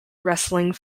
wrestling